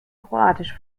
kroatisch